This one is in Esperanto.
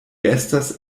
estas